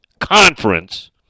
conference